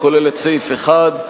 הכולל את סעיף 1,